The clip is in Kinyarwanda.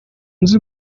nzi